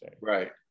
Right